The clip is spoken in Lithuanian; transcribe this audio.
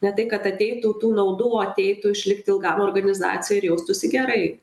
ne tai kad ateitų tų naudų o ateitų išlikt ilgam organizacijoj ir jaustųsi gerai